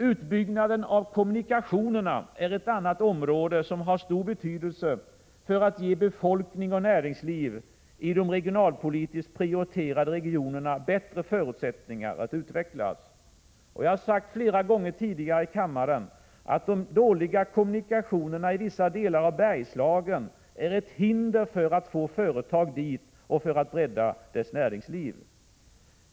Utbyggnaden av kommunikationerna är ett annat område som har stor betydelse för att ge befolkning och näringsliv i de regionalpolitiskt prioriterade regionerna bättre förutsättningar att utvecklas. Jag har sagt flera gånger tidigare i kammaren att de dåliga kommunikationerna i vissa delar av Bergslagen är ett hinder för att få företag dit och för att bredda dess näringsliv.